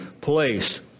placed